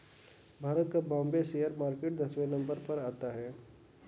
भारत का Bombay share market दसवें number पर आता है